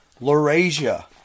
Laurasia